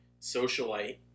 socialite